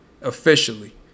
Officially